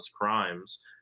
crimes